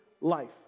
life